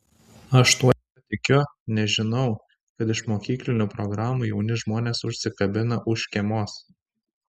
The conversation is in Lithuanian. aš tuo tikiu nes žinau kad iš mokyklinių programų jauni žmonės užsikabina už škėmos